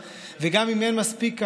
גם אם אין מספיק קהל,